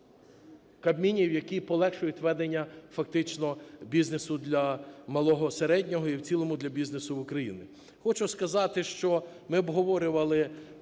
Кабмінів, які полегшують фактично бізнесу для малого і середнього і в цілому для бізнесу України. Хочу сказати, що ми обговорювали